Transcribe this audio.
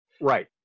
Right